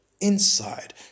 inside